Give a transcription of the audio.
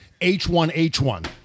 H1H1